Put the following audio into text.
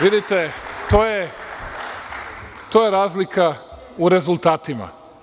Vidite, to je razlika u rezultatima.